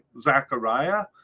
Zachariah